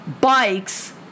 bikes